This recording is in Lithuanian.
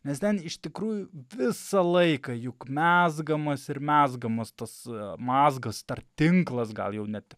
nes ten iš tikrųjų visą laiką juk mezgamas ir mezgamas tas mazgas ar tinklas gal jau net